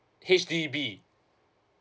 H_D_B